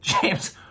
James